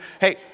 Hey